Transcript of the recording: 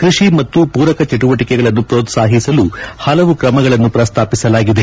ಕೃಷಿ ಮತ್ತು ಪೂರಕ ಚಟುವಟಿಕೆಗಳನ್ನು ಪ್ರೋತ್ಸಾಹಿಸಲು ಹಲವು ಕ್ರಮಗಳನ್ನು ಪಸ್ತಾಪಿಸಲಾಗಿದೆ